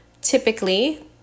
typically